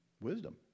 wisdom